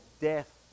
death